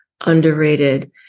underrated